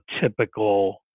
typical